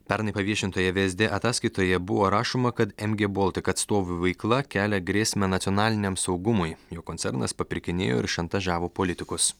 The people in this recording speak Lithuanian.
pernai paviešintoje vsd ataskaitoje buvo rašoma kad mg baltik atstovų veikla kelia grėsmę nacionaliniam saugumui jog koncernas papirkinėjo ir šantažavo politikus